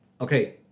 Okay